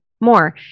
more